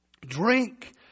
drink